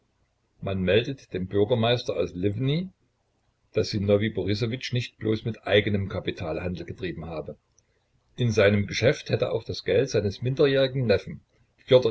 man meldet dem bürgermeister aus liwny daß sinowij borissowitsch nicht bloß mit eigenem kapital handel getrieben habe in seinem geschäft hätte auch das geld seines minderjährigen neffen